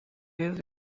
hills